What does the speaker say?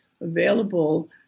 available